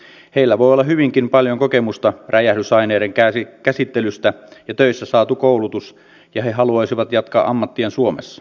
heillä voi olla hyvinkin paljon kokemusta räjähdysaineiden käsittelystä ja töissä saatu koulutus ja he haluaisivat jatkaa ammattiaan suomessa